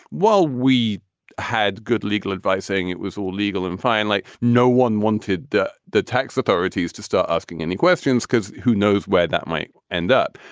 well, we had good legal advice saying it was all legal. and finally, no one wanted the the tax authorities to start asking any questions because who knows where that might end up.